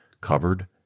covered